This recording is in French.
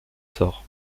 sort